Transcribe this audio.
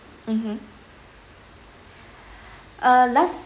mmhmm uh less